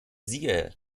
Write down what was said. sieger